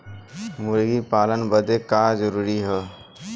मुर्गी पालन बदे का का जरूरी ह?